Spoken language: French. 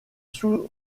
sous